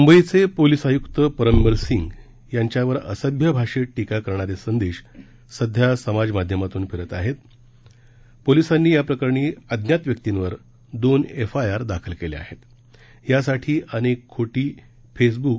मुंबईचे पोलीस आयुक्त परमबीर सिंग यांच्यावर असभ्य भाषेत टीका करणारे संदेश सध्या समाज माध्यमातून फिरत असून पोलिसांनी अज्ञात व्यक्तींवर दोन एफ आय आर दाखल केले आहेतयासाठी अनेक खोटी फेसबुक